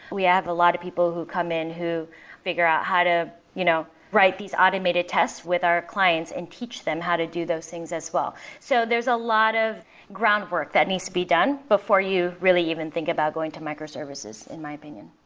we have a lot of people who come in who figure out how to you know write these automated tests with our clients and teach them how to do those things as well. so there's a lot of groundwork that needs to be done before you really even think about going to microservices, in my opinion.